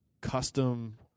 custom